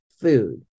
food